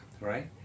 right